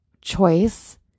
choice